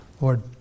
Lord